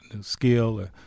skill